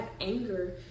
anger